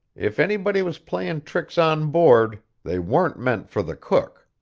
if anybody was playing tricks on board, they weren't meant for the cook.